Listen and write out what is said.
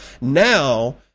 Now